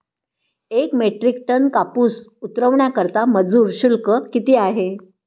एक metric tonne कापूस उतरवण्याकरता मजूर शुल्क किती आहे?